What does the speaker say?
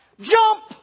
Jump